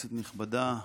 כנסת נכבדה,